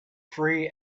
free